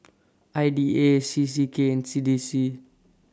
I D A C C K and C D C